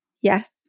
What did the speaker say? Yes